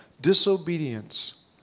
disobedience